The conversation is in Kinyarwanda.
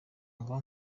ngo